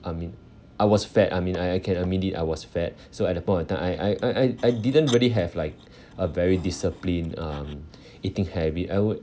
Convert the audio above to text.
I mean I was fat I mean I I can admit it I was fat so at that point of time I I I I I didn't really have like a very disciplined um eating habit I would